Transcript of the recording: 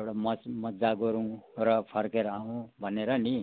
एउटा मजा गरौँ र फर्केर आउँ भनेर नि